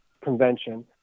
Convention